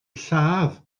lladd